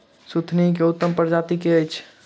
सुथनी केँ उत्तम प्रजाति केँ अछि?